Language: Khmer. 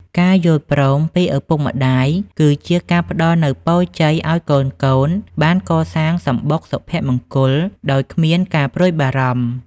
ការយល់ព្រមពីឪពុកម្ដាយគឺជាការផ្ដល់នូវពរជ័យឱ្យកូនៗបានកសាងសំបុកសុភមង្គលដោយគ្មានការព្រួយបារម្ភ។